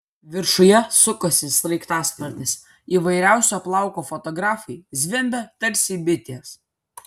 viršuje sukosi sraigtasparnis įvairiausio plauko fotografai zvimbė tarsi bitės